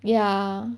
ya